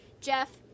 Jeff